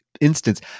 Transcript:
instance